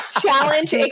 Challenge